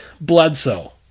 Bledsoe